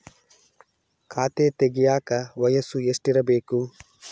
ಖಾತೆ ತೆಗೆಯಕ ವಯಸ್ಸು ಎಷ್ಟಿರಬೇಕು?